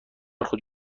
خود